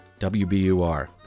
WBUR